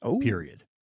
period